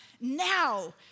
now